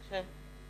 בבקשה.